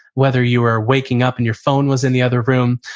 whether you are waking up and your phone was in the other room,